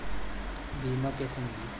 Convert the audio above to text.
बीमा कैसे मिली?